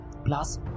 Plus